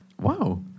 Wow